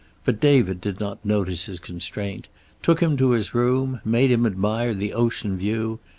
but david did not notice his constraint took him to his room, made him admire the ocean view,